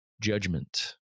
judgment